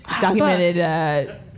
documented